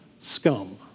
scum